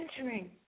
entering